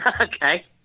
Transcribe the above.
okay